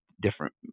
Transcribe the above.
different